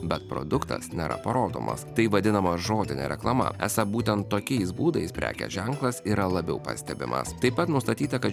bet produktas nėra parodomas tai vadinama žodinė reklama esą būtent tokiais būdais prekės ženklas yra labiau pastebimas taip pat nustatyta kad